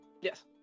Yes